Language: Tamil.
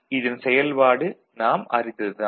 இதன் செயல்பாடு நாம் அறிந்தது தான்